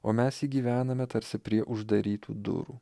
o mes jį gyvename tarsi prie uždarytų durų